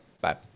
Bye